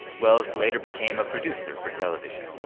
wells later became a producer for television.